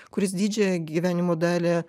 kuris didžiąją gyvenimo dalį